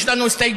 יש לנו הסתייגות.